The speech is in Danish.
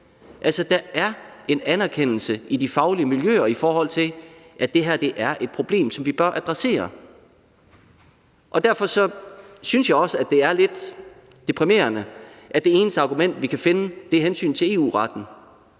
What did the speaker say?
Der er altså en anerkendelse i de faglige miljøer, i forhold til at det her er et problem, som vi bør adressere, og derfor synes jeg også, at det er lidt deprimerende, at det eneste argument, vi kan finde, er hensynet til EU-retten.